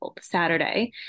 Saturday